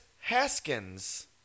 Haskins